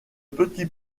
petit